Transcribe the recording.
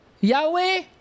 Yahweh